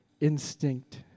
instinct